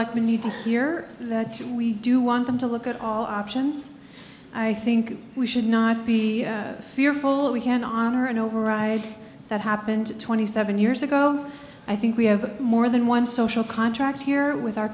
like we need to hear that we do want them to look at all options i think we should not be fearful of we can't honor and override that happened twenty seven years ago i think we have more than one social contract here with our